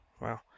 Wow